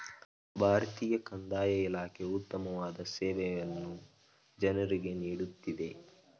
ಭಾರತೀಯ ಕಂದಾಯ ಇಲಾಖೆ ಉತ್ತಮವಾದ ಸೇವೆಯನ್ನು ಜನರಿಗೆ ನೀಡುತ್ತಿದೆ